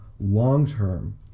long-term